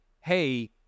hey